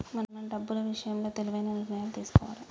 మనం డబ్బులు ఇషయంలో తెలివైన నిర్ణయాలను తీసుకోవాలే